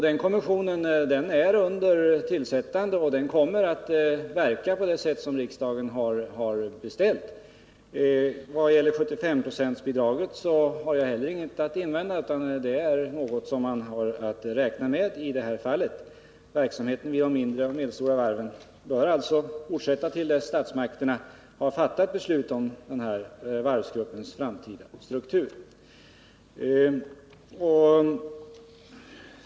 Den kommissionen är under tillsättande och kommer att verka på det sätt riksdagen har bestämt. Vad gäller 75-procentsbidraget har jag heller ingenting att invända, utan det är någonting man har att räkna med i det här fallet. Verksamheten vid de mindre och medelstora varven bör fortsätta till dess statsmakterna har fattat beslut om den här varvsgruppens framtida struktur.